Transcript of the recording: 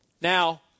Now